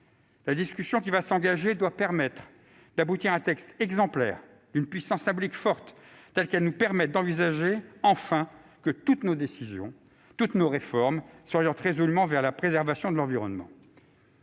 La discussion qui va s'engager doit aboutir à un texte exemplaire, d'une puissance symbolique telle qu'elle nous permette d'envisager enfin que toutes nos décisions et toutes nos réformes s'orientent résolument vers la préservation de l'environnement.